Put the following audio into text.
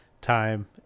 time